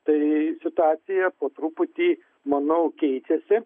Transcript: tai situacija po truputį manau keičiasi